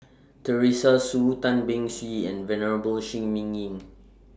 Teresa Hsu Tan Beng Swee and Venerable Shi Ming Yi